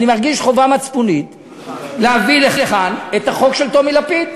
אני מרגיש חובה מצפונית להביא לכאן את החוק של טומי לפיד.